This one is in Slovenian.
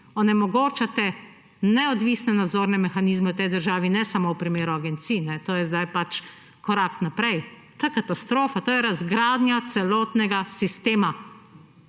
Onemogočate neodvisne nadzorne mehanizme v tej državi ne samo v primeru agencij, to je zdaj pač korak naprej. To je katastrofa, to je razgradnja celotnega sistema,